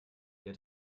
der